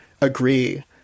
agree